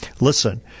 listen